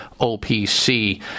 OPC